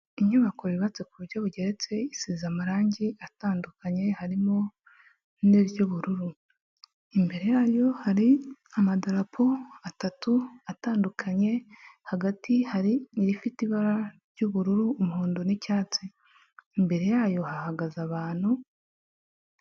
Inyubako yubatse ku buryo bugeretse isize amarangi atandukanye harimo n'iry'ubururu. Imbere yayo hari amadarapo atatu atandukanye, hagati hari n'i irifite ibara ry'ubururu, umuhondo n'icyatsi imbere yayo hahagaze abantu.